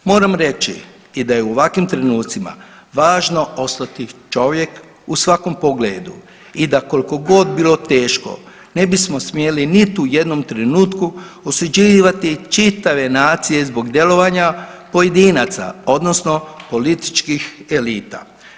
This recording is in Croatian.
Moram reći i da je u ovakvim trenucima važno ostati čovjek u svakom pogledu i da kolko god bilo teško ne bismo smjeli niti u jednom trenutku osuđivati čitave nacije zbog djelovanja pojedinaca odnosno političkih elita.